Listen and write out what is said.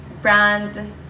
brand